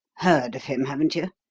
heard of him, haven't you?